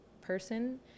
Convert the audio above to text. person